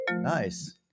nice